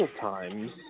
times